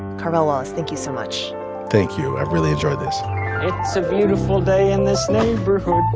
carvell wallace, thank you so much thank you. i really enjoyed this it's a beautiful day in this neighborhood,